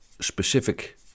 specific